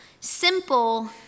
Simple